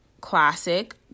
classic